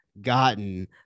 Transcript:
gotten